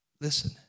Listen